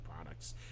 products